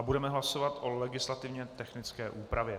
Budeme hlasovat o legislativně technické úpravě.